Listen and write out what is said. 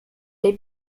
les